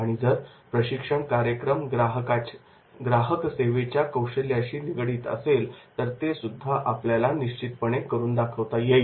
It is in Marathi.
आणि जर प्रशिक्षण कार्यक्रम ग्राहक सेवेच्या कौशल्याशी निगडित असेल तर ते सुद्धा आपल्याला निश्चितपणे करून दाखवता येईल